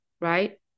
right